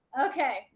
Okay